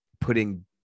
putting